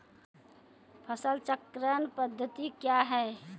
फसल चक्रण पद्धति क्या हैं?